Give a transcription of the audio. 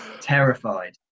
terrified